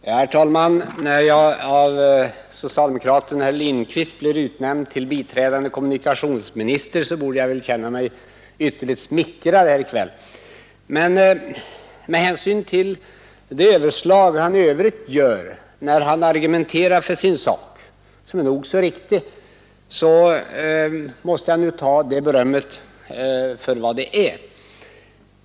Herr talman! När jag av socialdemokraten Lindkvist blir utnämnd till biträdande kommunikationsminister borde jag väl känna mig ytterligt smickrad. Men med hänsyn till de överslag som han i övrigt gör när han argumenterar för sin sak, som han har all rätt att göra, måste jag ta det berömmet för vad det är.